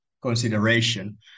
consideration